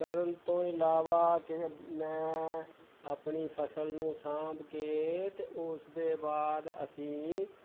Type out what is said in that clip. ਕਰਨ ਤੋਂ ਇਲਾਵਾ ਕਿ ਮੈਂ ਆਪਣੀ ਫਸਲ ਨੂੰ ਸਾਂਭ ਕੇ ਅਤੇ ਉਸ ਦੇ ਬਾਅਦ ਅਸੀਂ